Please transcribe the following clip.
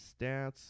stats